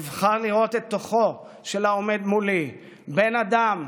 אבחר לראות את תוכו של העומד מולי, בן אדם,